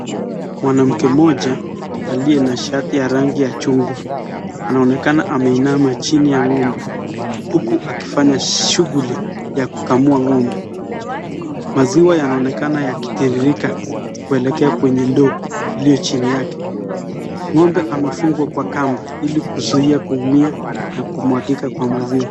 Mwanamke moja aliye na shati ya rangi ya chungwa anaonekana ameinama chini ya ng'ombe huku akifanya shughuli ya kukamua ng'ombe. Maziwa yanaonekana yakitiririka kuelekea kwenye ndoo iliyo chini yake. Ng'ombe amefungwa kwa kwamba ili kuzuia kuumia na kumwagika kwa maziwa.